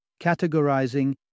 categorizing